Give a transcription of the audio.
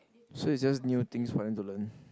so is just new things for them to learn